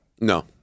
no